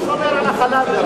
החתול שומר על החלב שם.